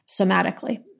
somatically